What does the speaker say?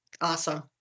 Awesome